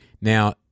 Now